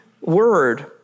word